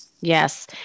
yes